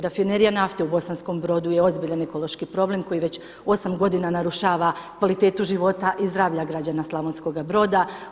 Rafinerija nafte u Bosanskom Brodu je ozbiljan ekološki problem koji već 8 godina narušava kvalitetu života i zdravlja građana Slavonskoga Broda.